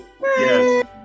Yes